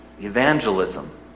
evangelism